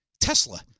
Tesla